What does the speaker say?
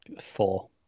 Four